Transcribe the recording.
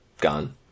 gone